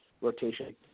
rotation